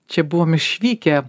čia buvome išvykę